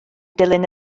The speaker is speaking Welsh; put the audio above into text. dilyn